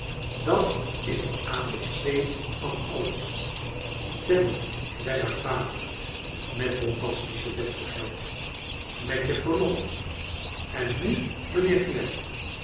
dat is het abc van alles i fanny zei haar vader met bombastische deftigheid met je verlof en nu